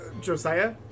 Josiah